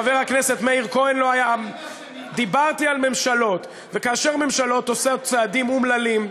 חבר הכנסת כהן, לא אמרתי שום דבר שאיננו מדויק.